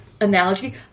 analogy